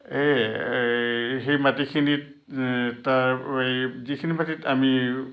এই এই সেই মাটিখিনিত তাৰ এই যিখিনি মাটিত আমি